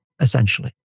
essentially